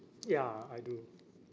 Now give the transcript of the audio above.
ya I do